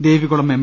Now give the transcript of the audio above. Devikulam M